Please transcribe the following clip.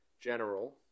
general